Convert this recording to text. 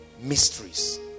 mysteries